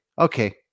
Okay